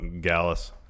Gallus